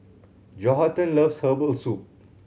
Johathan loves herbal soup